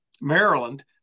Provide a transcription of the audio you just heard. Maryland